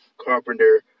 Carpenter